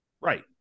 Right